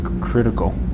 critical